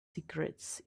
secrets